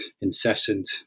incessant